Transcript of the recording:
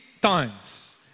times